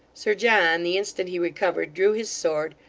sir john, the instant he recovered, drew his sword,